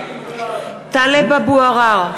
(קוראת בשמות חברי הכנסת) טלב אבו עראר,